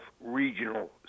regional